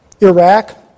Iraq